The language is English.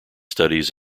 studies